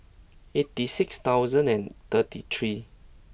eighty six thousand and thirty three